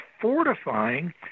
fortifying